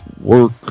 work